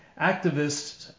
activists